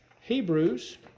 Hebrews